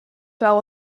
fell